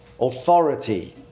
Authority